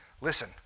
Listen